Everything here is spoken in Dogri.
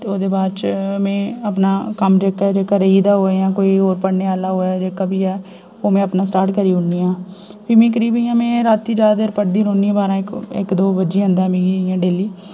ते ओह्दे बाद च में अपना कम्म जेह्का जेह्का रेही गेदा होऐ जां कोई होर पढ़ने आह्ला होऐ जेह्का बी ऐ ओह् में अपना स्टार्ट करी ओड़नी आं फिर में करीब इ'यै में राती ज्यादा देर पढ़दी रौह्नी आं बारां इक इक दो बज्जी जंदा ऐ मिगी इ'यां डेली